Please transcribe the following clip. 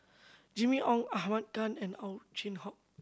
Jimmy Ong Ahmad Khan and Ow Chin Hock